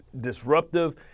disruptive